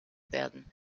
werden